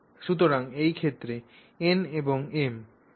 সুতরাং এই ক্ষেত্রে n এবং m 5 এবং 2 হবে